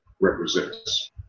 represents